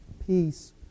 peace